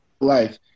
life